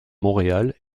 montréal